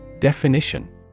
Definition